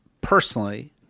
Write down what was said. personally